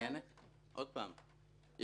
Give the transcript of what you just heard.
עוד פעם,